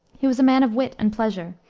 he was a man of wit and pleasure,